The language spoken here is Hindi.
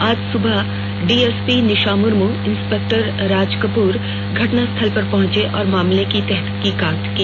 आज सुबह डीएसपी निशा मुर्म इंस्पेक्टर राजकपूर घटनास्थल पहुंचे और मामले की तहकीकात की